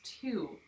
two